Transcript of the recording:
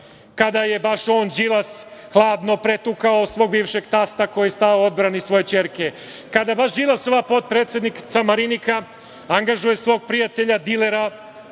kada je baš on, Đilas, hladno pretukao svog bivšeg tasta koji je stao u odbranu svoje ćerke, kada baš Đilasova potpredsednica, Marinika angažuje svog prijatelja, dilera